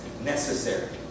necessary